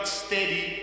steady